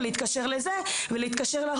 ולהתקשר לזה ולזה,